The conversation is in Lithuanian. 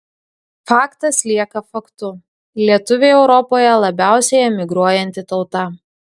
faktas lieka faktu lietuviai europoje labiausiai emigruojanti tauta